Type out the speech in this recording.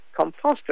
composter